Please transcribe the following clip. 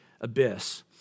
abyss